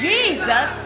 Jesus